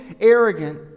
arrogant